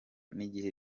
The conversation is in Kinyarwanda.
n’igihe